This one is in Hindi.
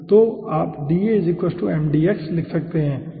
तो आप dA mdx लिख सकते हैं